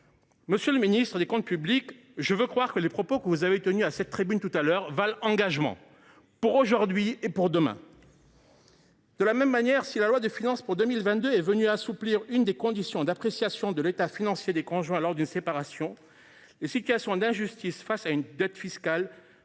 Monsieur le ministre délégué chargé des comptes publics, je veux croire que les propos que vous avez tenus à cette tribune tout à l’heure valent engagement… Oui !… pour aujourd’hui et pour demain. De la même manière, si la loi de finances pour 2022 est venue assouplir une des conditions d’appréciation de l’état financier des conjoints lors d’une séparation, les situations d’injustice face à une dette fiscale demeurent et continuent de